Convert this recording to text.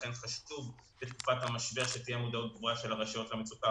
לכן חשוב בתקופת המשבר שתהיה מודעות גבוהה של הרשויות למצוקה,